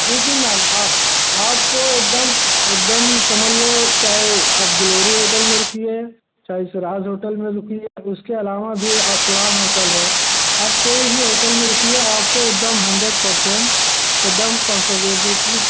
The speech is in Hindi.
जी जी मैम आप आपको एक दम एक दम समझ लो चाहे आप ग्लोरी होटल में रुकिए चाहे सिराज होटल में रुकिए उसके अलावा भी अर्सलान होटल है आप कोई भी होटल में रुकिए आपको एक दम हंड्रेड परसेंट एक दम